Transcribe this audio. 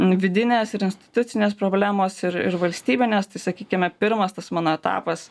vidinės ir institucinės problemos ir ir valstybinės tai sakykime pirmas tas mano etapas